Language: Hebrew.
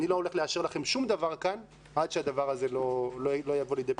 אני לא הולך לאשר לכם שום דבר כאן עד שהדבר הזה לא יבוא לידי פתרון.